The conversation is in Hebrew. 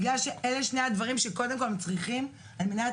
בגלל שאלה שני הדברים שקודם כול הם צריכים על מנת